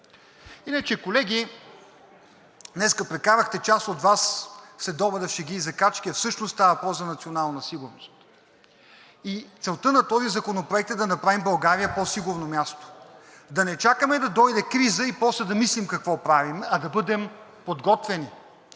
Иначе, колеги, днес прекарахте, част от Вас, следобеда в шеги и закачки, а всъщност става въпрос за национална сигурност. И целта на този законопроект е да направим България по-сигурно място. Да не чакаме да дойде криза и после да мислим какво правим, а да бъдем подготвени.